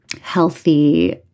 healthy